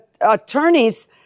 attorneys